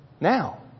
Now